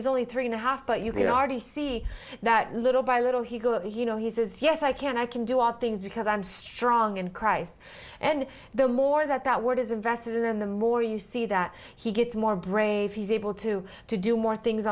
he's only three and a half but you can already see that little by little he goes you know he says yes i can i can do other things because i'm strong in christ and the more that that word is invested in and the more you see that he gets more brave he's able to to do more things